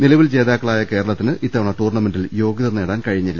നിലവിൽ ജേതാക്കളായ കേരളത്തിന് ഇത്തവണ ടൂർണ്ണമെന്റിൽ യോഗ്യത നേടാൻ കഴിഞ്ഞില്ല